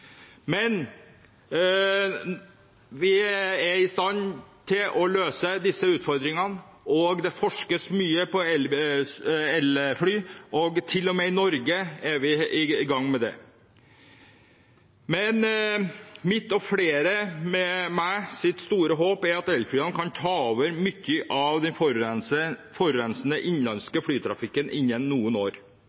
Men vi er i stand til å løse disse utfordringene. Det forskes mye på elfly, til og med i Norge er vi i gang med det. Jeg – og flere med meg – har et stort håp om at elflyene kan ta over mye av den forurensende innenlandske flytrafikken innen noen år.